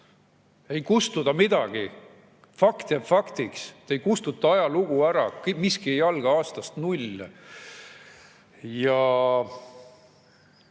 Ei kustu see midagi! Fakt jääb faktiks, te ei kustuta ajalugu ära, miski ei alga aastast null. Ja